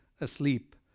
asleep